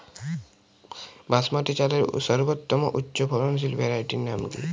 বাসমতী চালের সর্বোত্তম উচ্চ ফলনশীল ভ্যারাইটির নাম কি?